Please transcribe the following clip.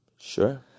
Sure